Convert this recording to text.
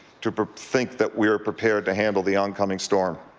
to think that we are prepared to handle the oncoming storm.